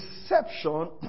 deception